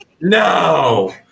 no